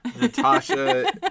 Natasha